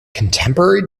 contemporary